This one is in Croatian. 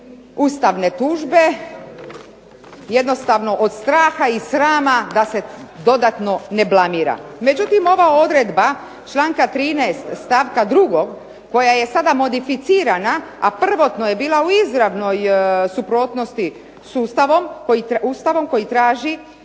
ustavne tužbe, jednostavno od straha i srama da se dodatno ne blamira. Međutim, ova odredba članka 13. stavka 2. koja je sada modificirana, a prvotno je bila u izravnoj suprotnosti s Ustavom koji traži